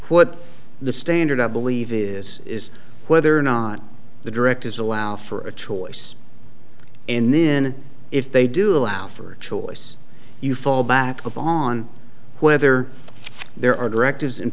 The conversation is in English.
what the standard i believe it is is whether or not the directives allow for a choice and then if they do allow for choice you fall back on whether there are directives in